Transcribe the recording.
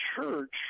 Church